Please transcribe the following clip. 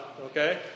okay